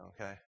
Okay